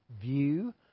view